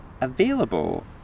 Available